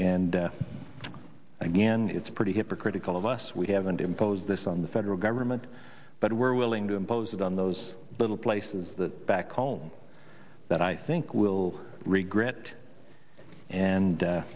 and again it's pretty hypocritical of us we haven't imposed this on the federal government but we're willing to impose it on those little places that back home that i think will regret and